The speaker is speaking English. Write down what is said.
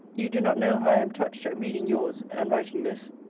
you do not know how i am touched at reading yours, and writing this.